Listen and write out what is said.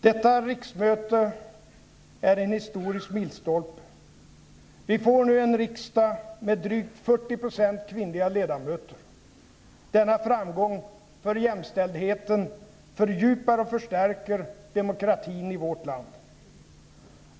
Detta riksmöte utgör en historisk milstolpe. Vi får nu en riksdag med drygt 40 % kvinnliga ledamöter. Denna framgång för jämställdheten fördjupar och förstärker demokratin i vårt land.